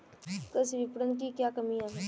कृषि विपणन की क्या कमियाँ हैं?